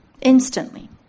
instantly